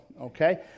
okay